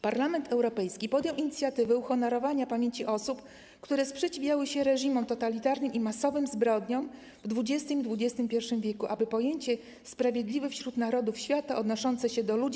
Parlament Europejski podjął inicjatywę uhonorowania pamięci osób, które sprzeciwiały się reżimom totalitarnym i masowym zbrodniom w XX w. i XXI w., aby pojęcie ˝Sprawiedliwy wśród Narodów Świata˝ odnoszące się do ludzi